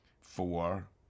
four